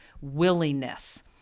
willingness